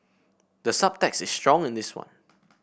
the subtext is strong in this one